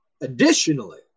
Additionally